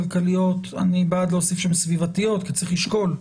כלכליות" אני בעד להוסיף "סביבתיות" כי צריך לשקול.